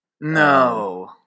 No